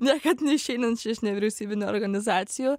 niekad neišeinančia iš nevyriausybinių organizacijų